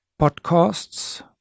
podcasts